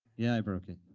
yeah, i broke it.